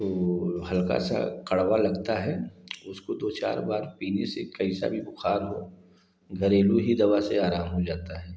तो हल्का सा कड़वा लगता है उसको दो चार बार पीने से कई सारी बुख़ार हो घरेलू ही दवा से आराम हो जाता है